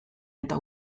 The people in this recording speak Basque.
eta